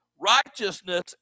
Righteousness